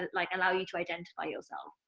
like, allow you to identify yourself.